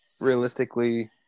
realistically